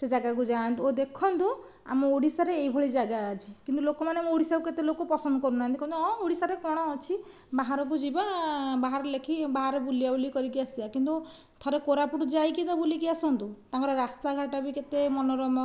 ସେ ଜାଗାକୁ ଯାଆନ୍ତୁ ଓ ଦେଖନ୍ତୁ ଆମ ଓଡ଼ିଶାରେ ଏହି ଭଳି ଜାଗା ଅଛି କିନ୍ତୁ ଲୋକମାନେ ଆମ ଓଡ଼ିଶା କୁ କେତେ ଲୋକ ପସନ୍ଦ କରୁନାହାନ୍ତି କହୁଛନ୍ତି ହଁ ଓଡ଼ିଶାରେ କ'ଣ ଅଛି ବାହାରକୁ ଯିବା ବାହାରେ ଲେଖି ବୁଲାବୁଲି କରିକି ଆସିବା କିନ୍ତୁ ଥରେ କୋରାପୁଟ ଯାଇକି ତ ବୁଲିକି ଆସନ୍ତୁ ତାଙ୍କର ରାସ୍ତା ଘାଟ ବି କେତେ ମନୋରୋମ